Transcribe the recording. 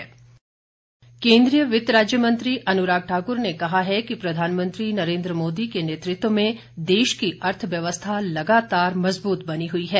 अनुराग ठाकुर केन्द्रीय वित्त राज्य मंत्री अनुराग ठाकुर ने कहा है कि प्रधानमंत्री नरेन्द्र मोदी के नेतृत्व में देश की अर्थव्यवस्था लगातार मज़बूत बनी हुई है